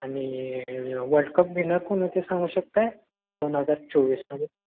आणि world cup winner कोण ते सांगू शकत आहात दोन हजार चोवीसमध्ये